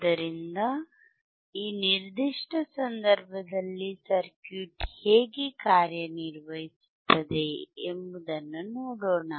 ಆದ್ದರಿಂದ ಈ ನಿರ್ದಿಷ್ಟ ಸಂದರ್ಭದಲ್ಲಿ ಸರ್ಕ್ಯೂಟ್ ಹೇಗೆ ಕಾರ್ಯನಿರ್ವಹಿಸುತ್ತದೆ ಎಂಬುದನ್ನು ನೋಡೋಣ